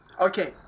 Okay